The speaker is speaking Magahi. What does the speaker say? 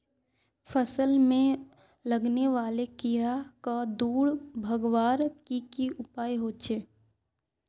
फसल में लगने वाले कीड़ा क दूर भगवार की की उपाय होचे?